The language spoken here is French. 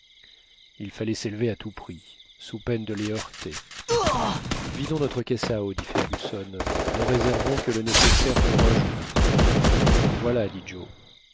il fallait s'élever à tout prix sous peine de les heurter vidons notre caisse à eau dit fergusson ne réservons que le nécessaire pour un jour voilà dit